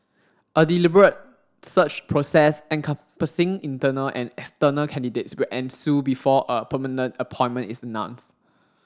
a deliberate search process encompassing internal and external candidates will ensue before a permanent appointment is announced